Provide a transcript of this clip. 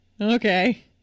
okay